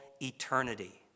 eternity